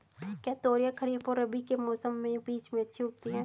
क्या तोरियां खरीफ और रबी के मौसम के बीच में अच्छी उगती हैं?